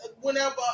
whenever